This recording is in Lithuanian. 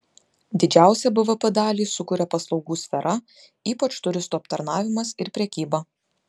didžiausią bvp dalį sukuria paslaugų sfera ypač turistų aptarnavimas ir prekyba